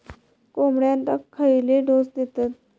कोंबड्यांक खयले डोस दितत?